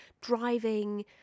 driving